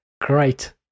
Great